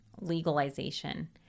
legalization